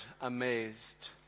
amazed